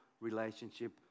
relationship